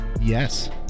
Yes